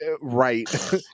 Right